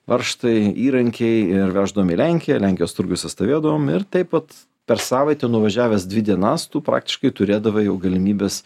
varžtai įrankiai ir veždavom į lenkiją lenkijos turguose stovėdavom ir taip vat per savaitę nuvažiavęs dvi dienas tu praktiškai turėdavau jau galimybes